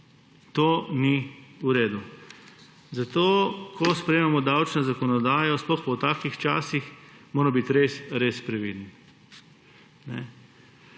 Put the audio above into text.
To ni v redu. Zato, ko sprejemamo davčno zakonodajo, sploh pa v takih časih, moramo biti res res previdni.